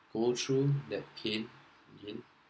go through that pain again